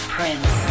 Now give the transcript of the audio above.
Prince